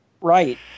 Right